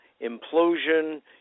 implosion